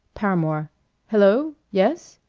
paramore hello. yes.